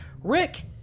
Rick